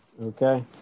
okay